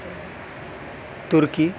ترکی